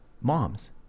moms